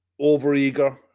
over-eager